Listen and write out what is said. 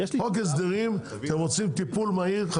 בחוק הסדרים אתם רוצים טיפול מהיר,